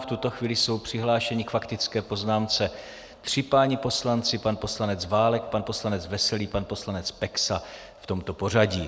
V tuto chvíli jsou přihlášeni k faktické poznámce tři páni poslanci pan poslanec Válek, pan poslanec Veselý a pan poslanec Peksa, v tomto pořadí.